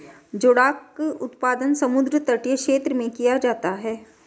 जोडाक उत्पादन समुद्र तटीय क्षेत्र में किया जाता है